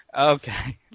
Okay